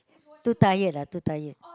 too tired lah too tired